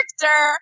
character